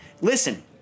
Listen